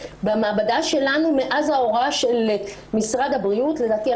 במעבדה שלנו מאז ההוראה של משרד הבריאות לדעתי,